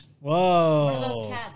Whoa